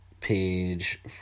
page